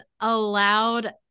allowed